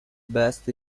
best